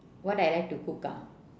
what I like to cook ah